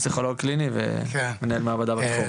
פסיכולוג קליני ומנהל מעבדה בתחום.